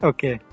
Okay